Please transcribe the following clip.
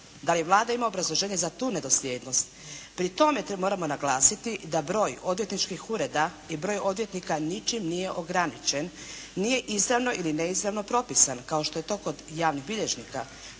Da li Vlada ima obrazloženje za tu nedosljednost? Pri tome moramo naglasiti da broj odvjetničkih ureda i broj odvjetnika ničim nije ograničen. Nije izravno ili neizravno propisan kao što je to kod javnih bilježnika.